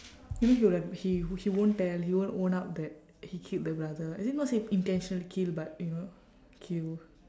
you know he w~ he he won't tell he won't own up that he killed the brother as in not say intentionally kill but you know kill